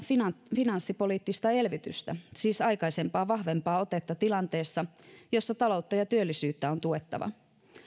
finanssipoliittista elvytystä siis aikaisempaa vahvempaa otetta tilanteessa jossa taloutta ja työllisyyttä on tuettava